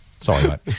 sorry